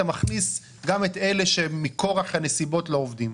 מכניס גם את אלה שמכורח הנסיבות לא עובדים.